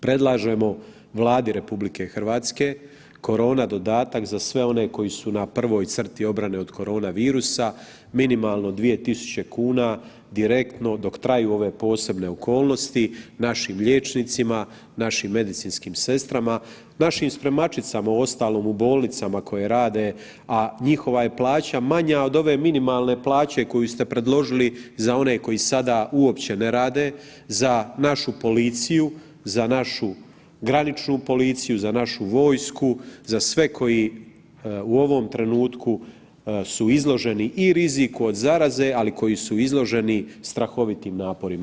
Predlažemo Vladi RH korona dodatak za sve one koji su na prvoj crti obrane od koronavirusa, minimalno 2.000,00 kn direktno dok traju ove posebne okolnosti, našim liječnicima, našim medicinskim sestrama, našim spremačicama u ostalom u bolnicama koje rade, a njihova je plaća manja od ove minimalne plaće koju ste predložili za one koji sada uopće ne rade, za našu policiju, za našu graničnu policiju, za našu vojsku, za sve koji u ovom trenutku su izloženi i riziku od zaraze, ali koji su izloženi strahovitim naporima.